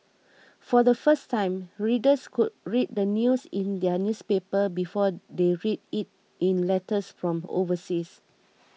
for the first time readers could read the news in their newspaper before they read it in letters from overseas